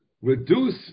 reduce